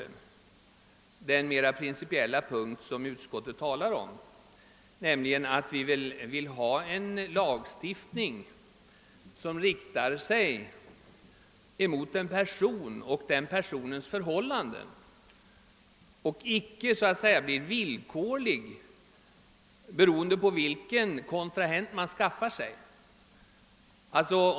Jag avser här den mer principiella punkt där utskottsmajoriteten uttalar sig och anför att vi vill ha en lagstiftning som riktar sig mot en person och den personens förhållanden och icke blir beroende av valet av kontrahent.